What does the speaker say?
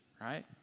right